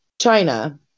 China